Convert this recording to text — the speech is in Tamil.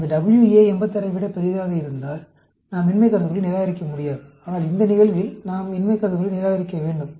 அந்த WA 86 ஐ விட பெரியதாக இருந்தால் நாம் இன்மை கருதுகோளை நிராகரிக்க முடியாது ஆனால் இந்த நிகழ்வில் நாம் இன்மை கருதுகோளை நிராகரிக்க வேண்டும்